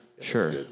Sure